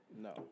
No